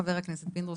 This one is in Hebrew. חבר הכנסת פינדרוס.